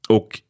Och